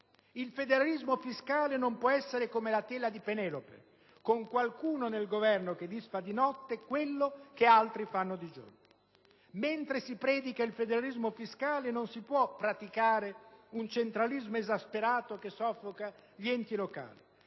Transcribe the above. Il federalismo fiscale non può essere come la tela di Penelope, con qualcuno nel Governo che disfa di notte quello che altri fanno di giorno. Mentre si predica il federalismo fiscale non si può praticare un centralismo esasperato che soffoca gli enti locali.